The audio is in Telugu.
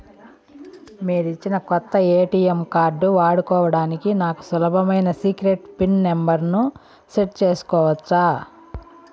మీరిచ్చిన కొత్త ఎ.టి.ఎం కార్డు వాడుకోవడానికి నాకు సులభమైన సీక్రెట్ పిన్ నెంబర్ ను సెట్ సేసుకోవచ్చా?